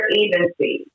agency